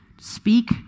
speak